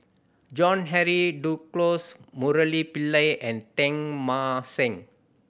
John Henry Duclos Murali Pillai and Teng Mah Seng